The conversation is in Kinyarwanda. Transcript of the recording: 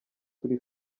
kuri